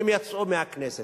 הן יצאו מהכנסת.